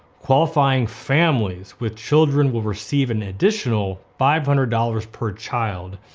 qualifying families with children will receive an additional five hundred dollars per child.